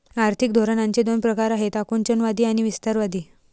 आर्थिक धोरणांचे दोन प्रकार आहेत आकुंचनवादी आणि विस्तारवादी